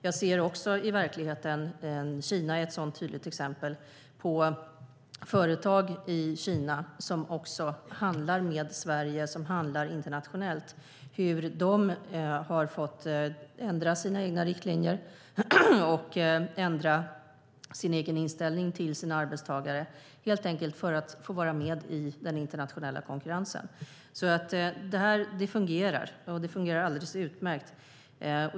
Jag ser också i verkligheten - Kina är ett sådant tydligt exempel - hur företag som handlar med Sverige, som handlar internationellt, har fått ändra sina riktlinjer och sin inställning till sina arbetstagare, helt enkelt för att få vara med i den internationella konkurrensen. Det här fungerar alldeles utmärkt.